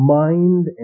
mind